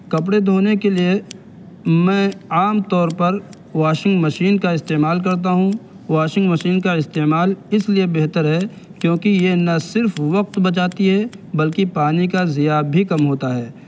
کپڑے دھونے کے لیے میں عام طور پر واشنگ مشین کا استعمال کرتا ہوں واشنگ مشین کا استعمال اس لیے بہتر ہے کیوںکہ یہ نہ صرف وقت بچاتی ہے بلکہ پانی کا ضیاع بھی کم ہوتا ہے